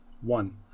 one